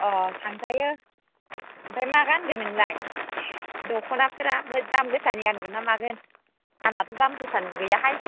अ' थांजायो आमफ्राय मा गानगोन नोंलाय दख'नाफ्रा दाम गोसानि गानगोन ना मागोन आंनाथ' दाम गोसानिबो गैयाहाय